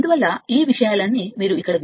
అందువల్ల ఈ విషయాలన్నీ మీరు ఇక్కడ